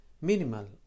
Minimal